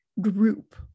group